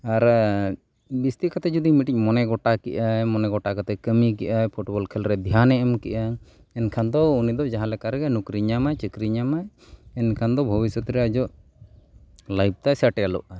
ᱟᱨ ᱵᱤᱥᱛᱤ ᱠᱟᱛᱮᱫ ᱡᱩᱫᱤ ᱢᱤᱫᱴᱤᱡ ᱢᱚᱱᱮ ᱜᱳᱴᱟ ᱠᱮᱜᱼᱟᱭ ᱢᱚᱱᱮ ᱜᱳᱴᱟ ᱠᱟᱛᱮᱫ ᱠᱟᱹᱢᱤ ᱠᱮᱫᱼᱟᱭ ᱯᱷᱩᱴᱵᱚᱞ ᱠᱷᱮᱞ ᱨᱮ ᱫᱷᱮᱭᱟᱱᱮ ᱮᱢ ᱠᱮᱜᱼᱟ ᱮᱱᱠᱷᱟᱱ ᱫᱚ ᱩᱱᱤ ᱫᱚ ᱡᱟᱦᱟᱸ ᱞᱮᱠᱟ ᱨᱮᱜᱮ ᱱᱚᱠᱨᱤ ᱧᱟᱢᱟᱭ ᱪᱟᱹᱠᱨᱤ ᱧᱟᱢᱟᱭ ᱮᱱᱠᱷᱟᱱ ᱫᱚ ᱵᱷᱚᱵᱤᱥᱥᱚᱛ ᱨᱮ ᱟᱭᱟᱜ ᱞᱟᱭᱤᱯᱷ ᱛᱟᱭ ᱥᱮᱴᱞᱚᱜᱼᱟ